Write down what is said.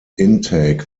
intake